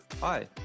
Hi